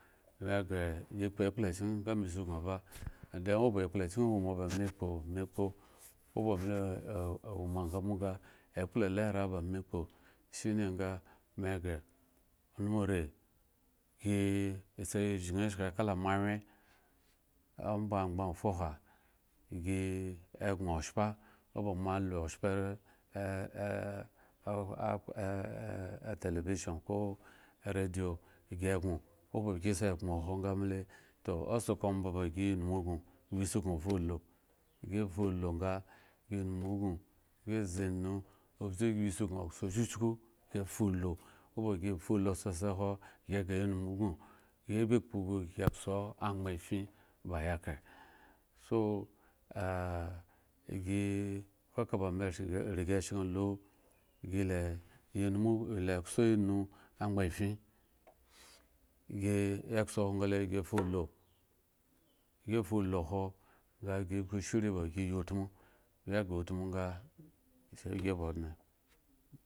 Me gre ya kpo ekplo kyen pa me skun eba then owo ba okplo kyen ewoma me kpo, owo ba lo ewo ba sambo ga ekplo la era ba me ekpo shine ga me gre anuri si sai eshin shen ka mo anwye oba anyba ful si agno oshpa owo ba moa alo oshpa eee television ko aradio gigno wo ba si sai gno hwo ga me le to osa oze ombo ba si enugno nwo skun falu si falo sa yi enegno gi zenu obza si skun dzu kyukyuku gi efaalo owo ba yi falu tsotse eduwo si gre ya numgno sa ma yi kpo su yi edzu aryba afin ba aya kre so si kaka ba me eshen elo si le enu ezo erun agban afin si ezo hwo sale si efa olo si fa olo ewo ga si kpo shri ba si eyi utmu si gre utmu ga sai gre odne.